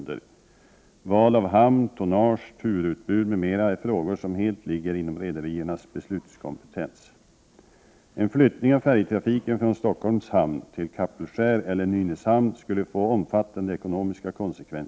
Därigenom kan Stockholms skärgård skonas, och man undviker att dra biltrafik till centrala Stockholm. Detta kräver dock insatser från samhällets sida.